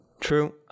True